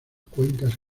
cuencas